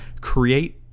create